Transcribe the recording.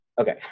Okay